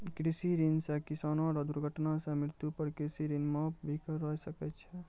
कृषि ऋण सह किसानो रो दुर्घटना सह मृत्यु पर कृषि ऋण माप भी करा सकै छै